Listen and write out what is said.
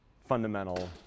fundamental